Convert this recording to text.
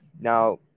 Now